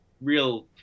real